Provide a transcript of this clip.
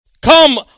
Come